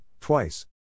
twice